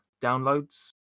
downloads